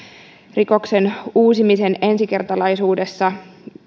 rikoksen uusimisen ensikertalaisuudessa